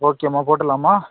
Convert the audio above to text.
ஓகேம்மா போட்டுடலாம்மா